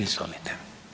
Izvolite.